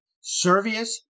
Servius